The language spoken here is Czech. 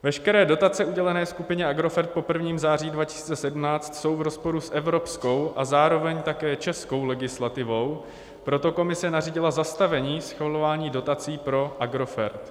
Veškeré dotace udělené skupině Agrofert po 1. září 2017 jsou v rozporu s evropskou a zároveň také českou legislativou, proto Komise nařídila zastavení schvalování dotací pro Agrofert.